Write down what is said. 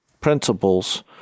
principles